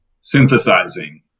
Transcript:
synthesizing